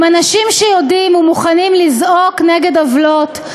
עם אנשים שיודעים ומוכנים לזעוק נגד עוולות,